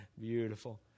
Beautiful